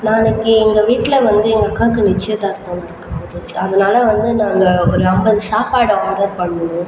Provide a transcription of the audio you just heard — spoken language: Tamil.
நாளைக்கு எங்கள் வீட்டில் வந்து எங்கள் அக்காவுக்கு நிச்சயர்தார்த்தம் நடக்கபோகுது அதனால வந்து ஒரு ஐம்பது சாப்பாடு ஆடர் பண்ணணும்